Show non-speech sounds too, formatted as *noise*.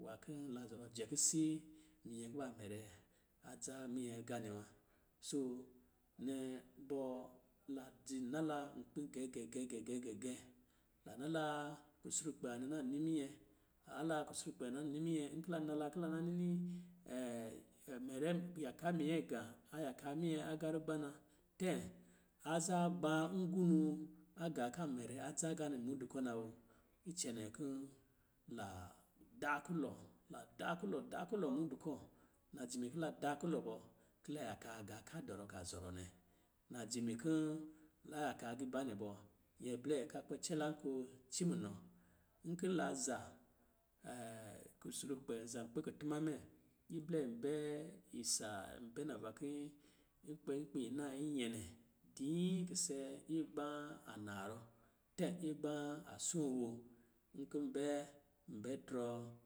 Nwā ki la zɔrɔ jɛ kisii minyɛ kuba mɛrɛ adza minyɛ aga nɛ wa. Soo, nɛ bɔ, la dzi na la nkpi gɛgɛgɛgɛgɛ. Lan na la kusurkpɛ nwanɛ na ni minyɛ, la la kusurukpɛ nɛ nani minyɛ, nki la na la ki la na nini *hesitation* mɛrɛ, yaka minyɛɛgā, a yana minyɛ aga rugba ma, tɛ aza gbā ngunu agā ka mɛrɛ adza agā na nmudu kɔ̄ na woo, icɛnɛn kɛ lan daa kulɔ, la da kulɔ da kulɔ mudun kɔ̄. Nayimi ki la daa kulɔ bɔ, ki la yaka gaa a dɔrɔ ka zɔrɔ nɛ. Najimi kɔ̄ la yaka giibanɛ bɔ, nyɛ blɛ ka kpɛ cɛ lanko ci munɔ. Nki la za kusurukpɛ zan nkpi kutuma mɛ, iblɛ n bɛ isa n bɛ nava ki n-nkpi naa nyɛɛnɛ dii kise igbā a narɔ tɛ̄ igbā a soo woo, nkɔ̄ bɛ, n bɛ drɔ.